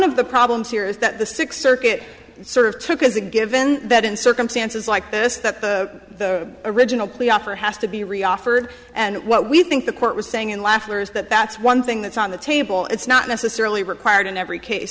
of the problems here is that the sixth circuit sort of took as a given that in circumstances like this that the original plea offer has to be re offered and what we think the court was saying in laughter is that that's one thing that's on the table it's not necessarily required in every case